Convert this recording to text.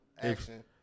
action